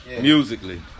Musically